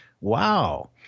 Wow